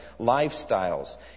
lifestyles